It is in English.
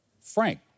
Frank